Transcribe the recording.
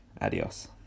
Adios